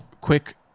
quick